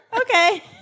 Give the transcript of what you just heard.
Okay